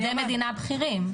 עובדי מדינה בכירים.